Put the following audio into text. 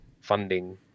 funding